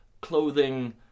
clothing